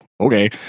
okay